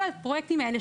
כל הפרויקטים האלה,